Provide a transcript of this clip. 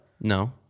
No